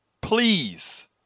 please